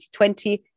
2020